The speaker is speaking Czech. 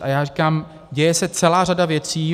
A já říkám, děje se celá řada věcí.